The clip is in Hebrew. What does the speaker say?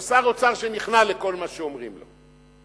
או שר אוצר שנכנע לכל מה שאומרים לו.